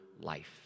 life